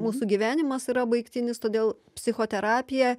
mūsų gyvenimas yra baigtinis todėl psichoterapija